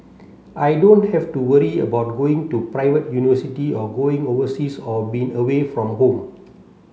I don't have to worry about going to private university or going overseas or being away from home